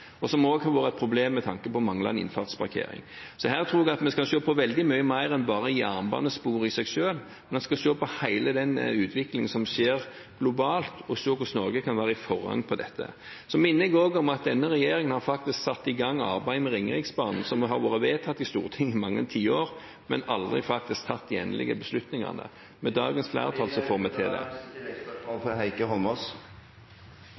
har også vært et problem med tanke på manglende innfartsparkering. Her tror jeg at vi skal se på veldig mye mer enn bare jernbanespor i seg selv. Vi skal se på hele den utviklingen som skjer globalt, og på hvordan Norge kan være i forkant når det gjelder dette. Så minner jeg også om at denne regjeringen faktisk har satt i gang arbeidet med Ringeriksbanen, som har vært vedtatt i Stortinget i mange tiår, mens de endelige beslutningene aldri har vært tatt ... Tiden er ute. Heikki Eidsvoll Holmås – til